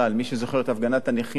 מי שזוכר את הפגנת הנכים,